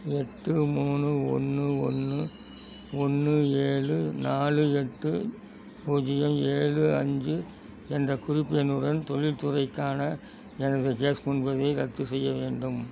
எட்டு மூணு ஒன்று ஒன்று ஒன்று ஏழு நாலு எட்டு பூஜ்ஜியம் ஏழு அஞ்சு என்ற குறிப்பு எண்ணுடன் தொழில்துறைக்கான எனது கேஸ் முன்பதிவை ரத்து செய்ய வேண்டும்